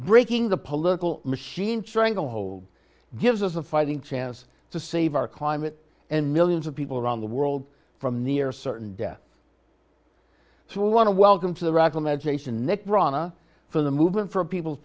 breaking the political machine stranglehold gives us a fighting chance to save our climate and millions of people around the world from near certain death so we want to welcome to the rack imagination nick ronna for the movement for people's